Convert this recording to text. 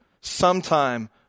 sometime